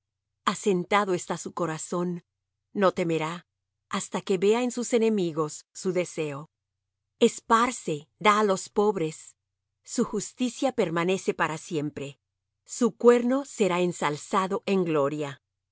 asentado está su corazón no temerá hasta que vea en sus enemigos su deseo esparce da á los pobres su justicia permanece para siempre su cuerno será ensalzado en gloria